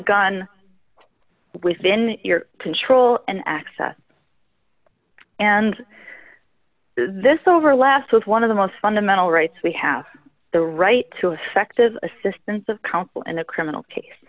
gun within your control and access and this over last with one of the most fundamental rights we have the right to effective assistance of counsel in a criminal case